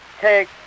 Take